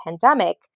pandemic